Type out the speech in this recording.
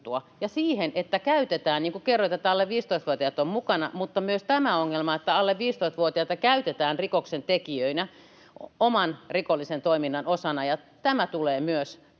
siihen, niin kuin kerroit, että alle 15-vuotiaat ovat mukana, mutta myös tähän ongelmaan, että alle 15-vuotiaita käytetään rikoksentekijöinä oman rikollisen toiminnan osana, ja tämä tulee myös